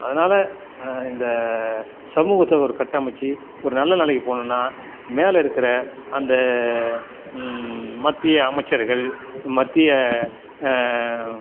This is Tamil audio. அதனால இந்த சமூகத்தை ஒரு கட்டமைச்சி ஒரு நல்ல நிலைக்கி போகணுன்னா மேலே இருக்கிற அந்த மத்திய அமைச்சர்கள் மத்திய